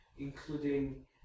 including